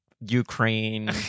Ukraine